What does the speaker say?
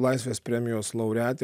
laisvės premijos laureatė